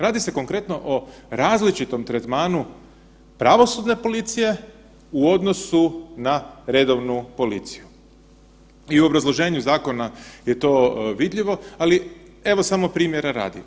Radi se konkretno o različitom tretmanu pravosudne policije u odnosu na redovnu policiju i u obrazloženju zakona je to vidljivo, ali evo samo primjera radi.